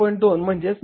2 म्हणजे 9